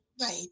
Right